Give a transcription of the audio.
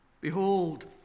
Behold